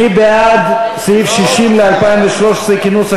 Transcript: מי בעד סעיף 60 ל-2013, כנוסח